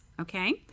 okay